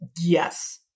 Yes